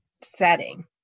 setting